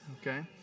Okay